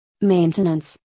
Maintenance